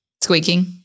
squeaking